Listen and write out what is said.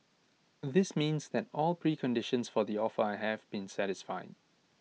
this means that all preconditions for the offer have been satisfied